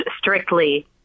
Strictly